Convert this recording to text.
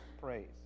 praise